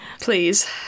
please